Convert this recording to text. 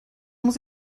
muss